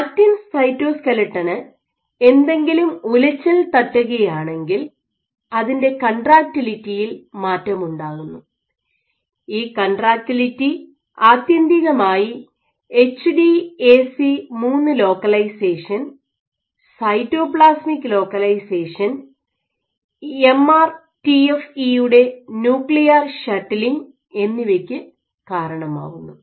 actin സൈറ്റോസ്ക്ലെട്ടന് എന്തെങ്കിലും ഉലച്ചിൽ തട്ടുകയാണെങ്കിൽ അതിൻറെ കൺട്രാക്ടിലിറ്റിയിൽ മാറ്റമുണ്ടാകുന്നു ഈ കൺട്രാക്ടിലിറ്റി ആത്യന്തികമായി HDAC 3 localisation cytoplasmic localisation M R T F E യുടെ nuclear shuttling HDAC3 localization cytoplasmic localization and nuclear shuttling MRTFE എന്നിവയ്ക് കാരണമാവുന്നു